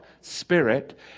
spirit